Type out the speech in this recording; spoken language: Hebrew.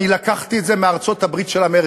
אני לקחתי את זה מארצות-הברית של אמריקה,